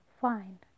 Fine